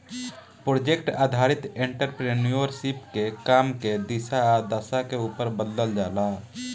project आधारित entrepreneurship के काम के दिशा आ दशा के उपर बदलल जाला